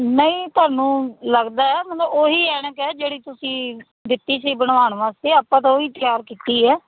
ਨਹੀਂ ਤੁਹਾਨੂੰ ਲੱਗਦਾ ਮਤਲਬ ਉਹ ਹੀ ਐਨਕ ਹੈ ਜਿਹੜੀ ਤੁਸੀਂ ਦਿੱਤੀ ਸੀ ਬਣਾਉਣ ਵਾਸਤੇ ਆਪਾਂ ਤਾਂ ਉਹ ਵੀ ਤਿਆਰ ਕੀਤੀ ਹੈ